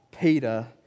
Peter